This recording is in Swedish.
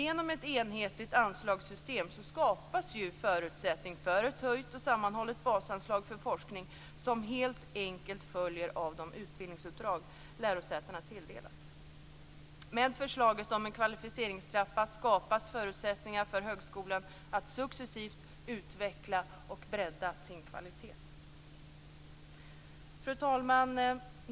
Genom ett enhetligt anslagssystem skapas förutsättning för ett höjt och sammanhållet basanslag för forskning som helt enkelt följer av de utbildningsuppdrag lärosätena tilldelas. Med förslaget om en kvalificeringstrappa skapas förutsättningar för högskolan att successivt utveckla och bredda sin kvalitet. Fru talman!